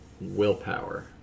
willpower